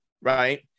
right